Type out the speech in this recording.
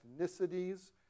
ethnicities